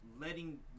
letting